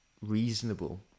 reasonable